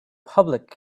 public